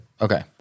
Okay